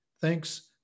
Thanks